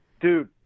Dude